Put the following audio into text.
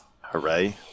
Hooray